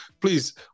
please